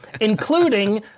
including